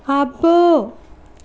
అబ్బో